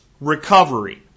recovery